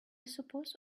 suppose